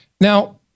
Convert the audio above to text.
Now